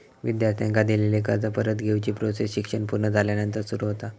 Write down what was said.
विद्यार्थ्यांका दिलेला कर्ज परत घेवची प्रोसेस शिक्षण पुर्ण झाल्यानंतर सुरू होता